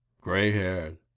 gray-haired